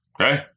Okay